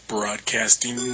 Broadcasting